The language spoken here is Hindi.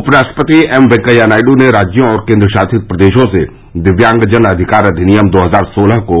उपराष्ट्रपति एम वेंकैया नायडू ने राज्यों और केन्द्रशासित प्रदेशों से दिव्यांगजन अधिकार अधिनियम दो हजार सोलह को